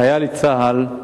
חייל צה"ל,